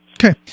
Okay